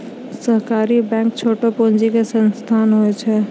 सहकारी बैंक छोटो पूंजी के संस्थान होय छै